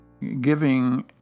giving